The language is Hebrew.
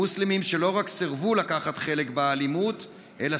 מוסלמים שלא רק סירבו לקחת חלק באלימות אלא